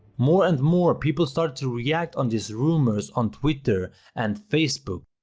more and more people started to react on these rumors on twitter and facebook.